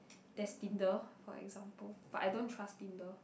there's tinder for example but I don't trust tinder